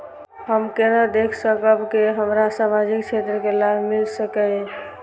हम केना देख सकब के हमरा सामाजिक क्षेत्र के लाभ मिल सकैये?